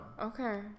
Okay